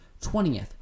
20th